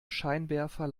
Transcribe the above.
scheinwerfer